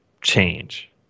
change